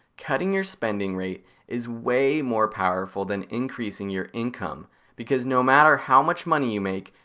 cutting your spending rate is way more powerful than increasing your income because no matter how much money you make,